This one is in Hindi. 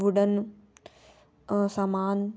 वुडन समान